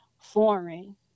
foreign